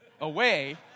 away